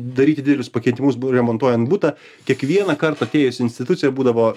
daryti didelius pakeitimus bu remontuojant butą kiekvieną kartą atėjęs į instituciją būdavo